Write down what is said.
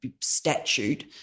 statute